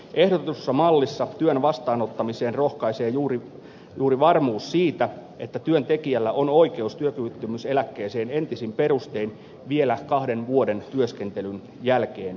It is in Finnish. ehdotetussa mallissa työn vastaanottamiseen rohkaisee juuri varmuus siitä että työntekijällä on oikeus työkyvyttömyyseläkkeeseen entisin perustein vielä kahden vuoden työskentelyn jälkeenkin